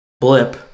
blip